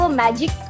magic